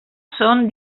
són